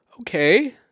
Okay